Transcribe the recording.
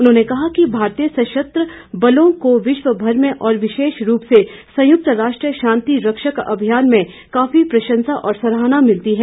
उन्होंने कहा कि भारतीय सशस्त्र बलों को विश्वभर में और विशेष रूप से संयुक्त राष्ट्र शांति रक्षक अभियान में काफी प्रशंसा और सराहना मिलती है